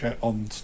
on